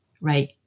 Right